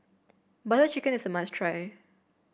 Butter Chicken is a must try